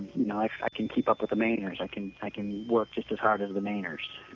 know, i i can keep up with mainers, i can i can work just as hard as the mainers.